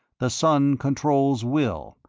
the sun controls will,